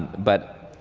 but,